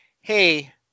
hey